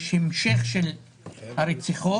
יש המשך של הרציחות.